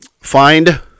Find